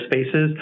spaces